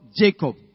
Jacob